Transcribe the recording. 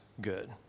good